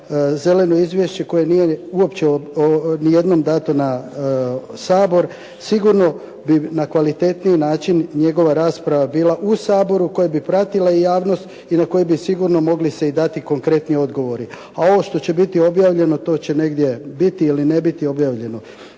zeleno izvješće koje nije uopće nijednom dato na Sabor, sigurno bi na kvalitetniji način njegova rasprava bila u Saboru koja bi pratila i javnost i na koju bi sigurno se mogli dati konkretni odgovori. A ovo što će biti objavljeno, to će negdje biti ili ne biti objavljeno.